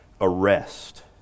arrest